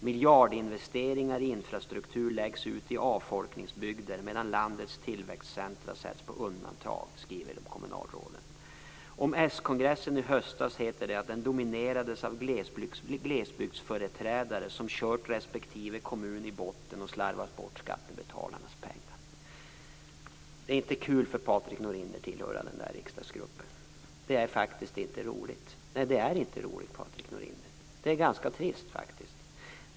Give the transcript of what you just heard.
Miljardinvesteringar i infrastruktur läggs ut i avfolkningsbygder, medan landets tillväxtcentrum sätts på undantag, skriver kommunalråden. Om s-kongressen i höstas heter det att den dominerades av glesbygdsföreträdare som kört respektive kommun i botten och slarvat bort skattebetalarnas pengar. Det kan inte vara roligt för Patrik Norinder att tillhöra den där riksdagsgruppen, utan det måste vara ganska trist.